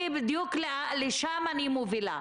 בדיוק לשם אני מובילה.